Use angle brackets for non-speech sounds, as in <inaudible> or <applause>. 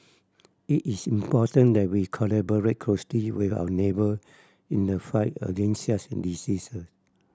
it is important that we collaborate closely with our neighbour in the fight against such in <unintelligible>